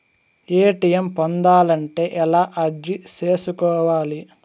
ATM పొందాలంటే ఎలా అర్జీ సేసుకోవాలి?